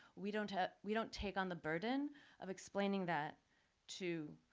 we don't have, we don't take on the burden of explaining that to